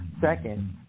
Second